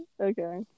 Okay